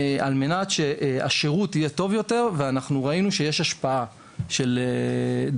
על מנת שהשירות יהיה טוב יותר ואנחנו ראינו שיש השפעה של דיילים,